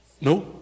No